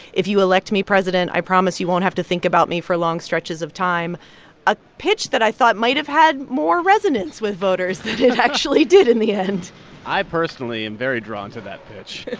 if you elect me president, i promise you won't have to think about me for long stretches of time a pitch that i thought might have had more resonance with voters. than it actually did in the end i personally am very drawn to that pitch